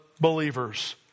believers